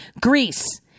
Greece